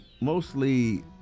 Mostly